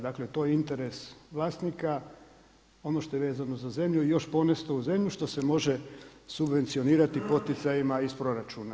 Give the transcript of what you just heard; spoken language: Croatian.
Dakle, to je interes vlasnika, ono što je vezano za zemlju i još ponešto uz zemlju što se može subvencionirati poticajima iz proračuna.